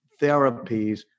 therapies